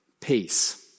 Peace